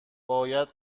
باید